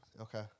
Okay